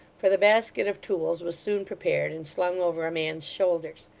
for the basket of tools was soon prepared and slung over a man's shoulders.